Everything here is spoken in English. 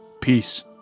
Peace